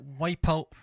Wipeout